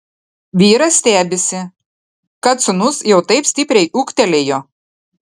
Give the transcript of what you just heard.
vyras stebisi kad sūnus jau taip stipriai ūgtelėjo